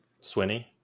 Swinny